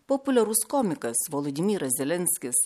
populiarus komikas volodimiras zelenskis